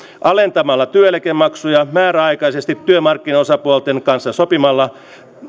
alentamalla työeläkemaksuja määräaikaisesti työmarkkinaosapuolten kanssa sovittavalla